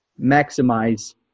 maximize